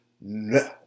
No